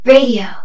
Radio